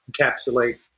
encapsulate